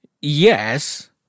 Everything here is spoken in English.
yes